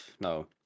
No